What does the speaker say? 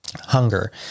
hunger